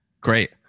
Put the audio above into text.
Great